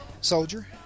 soldier